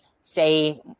say